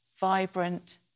vibrant